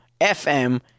FM